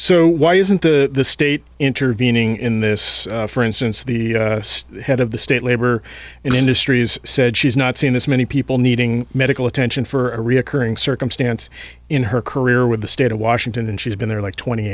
so why isn't the state intervening in this for instance the head of the state labor industries said she's not seen as many people needing medical attention for a reoccurring circumstance in her career with the state of washington and she's been there like twenty